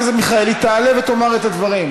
אז אחרי ההצבעה חברת הכנסת מיכאלי תעלה ותאמר את הדברים.